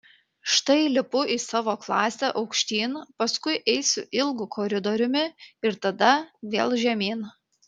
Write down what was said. štai lipu į savo klasę aukštyn paskui eisiu ilgu koridoriumi ir tada vėl žemyn